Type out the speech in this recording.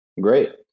great